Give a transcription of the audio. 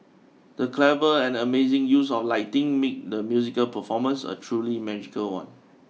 the clever and amazing use of lighting made the musical performance a truly magical one